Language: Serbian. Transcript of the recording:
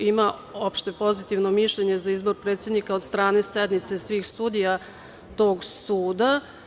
Ima opšte pozitivno mišljenje za izbor predsednika od strane sednice svih sudija tog suda.